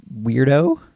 Weirdo